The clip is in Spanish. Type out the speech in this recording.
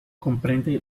comprende